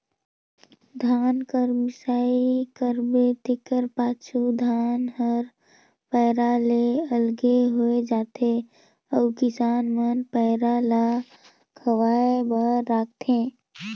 धान कर मिसाई करबे तेकर पाछू धान हर पैरा ले अलगे होए जाथे अउ किसान मन पैरा ल खवाए बर राखथें